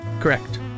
Correct